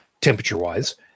temperature-wise